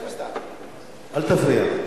אל תפריע.